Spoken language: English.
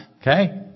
Okay